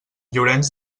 llorenç